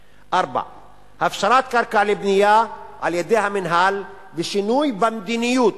4. הפשרת קרקע לבנייה על-ידי המינהל ושינוי במדיניות.